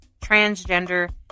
transgender